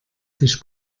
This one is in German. sich